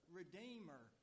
redeemer